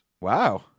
Wow